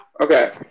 Okay